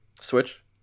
switch